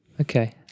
Okay